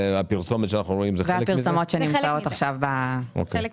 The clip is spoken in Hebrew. הפרסומת שאנחנו רואים עכשיו היא חלק מזה?